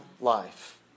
life